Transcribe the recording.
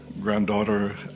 granddaughter